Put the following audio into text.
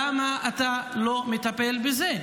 למה אתה לא מטפל בזה?